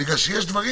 למשל,